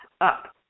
up